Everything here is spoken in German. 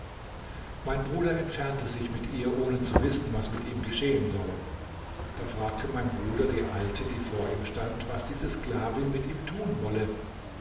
mein bruder entfernte sich mit ihr ohne zu wissen was mit ihm geschehen solle da fragte mein bruder die alte die vor ihm stand was diese sklavin mit ihm tun wolle